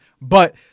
But-